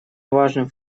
важным